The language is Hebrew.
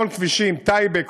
יש המון כבישים, טייבה.